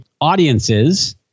Audiences